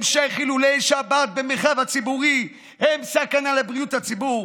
המשך חילולי שבת במרחב הציבורי הוא סכנה לבריאות הציבור.